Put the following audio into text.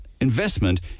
Investment